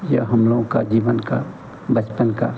यह हम लोगों के जीवन का बचपन का